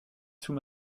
sous